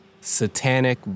satanic